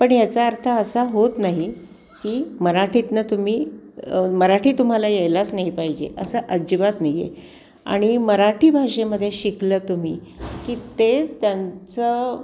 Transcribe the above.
पण ह्याचा अर्थ असा होत नाही की मराठीतून तुम्ही मराठी तुम्हाला यायलाच नाही पाहिजे असं अजिबात नाही आहे आणि मराठी भाषेमध्ये शिकलं तुम्ही की ते त्यांचं